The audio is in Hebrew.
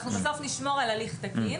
אנחנו נשמור על הליך תקין,